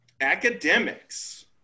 Academics